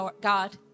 God